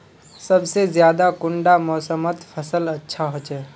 सबसे ज्यादा कुंडा मोसमोत फसल अच्छा होचे?